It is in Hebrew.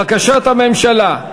בקשת הממשלה,